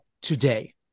today